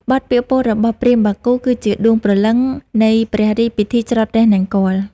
បទពាក្យពោលរបស់ព្រាហ្មណ៍បាគូ គឺជាដួងព្រលឹងនៃព្រះរាជពិធីច្រត់ព្រះនង្គ័ល។